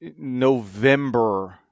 November